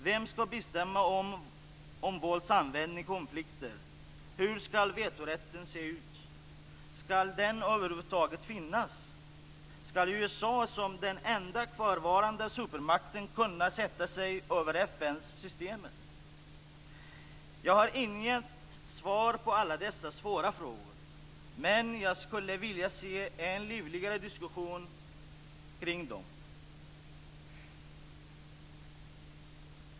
Vem ska bestämma om vålds användning i konflikter? Hur ska vetorätten se ut? Ska den över huvud taget finnas? Ska USA som den enda kvarvarande supermakten kunna sätta sig över FN-systemet? Jag har inga svar på alla dessa svåra frågor, men jag skulle vilja se en livligare diskussion kring dem.